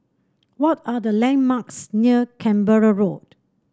what are the landmarks near Canberra Road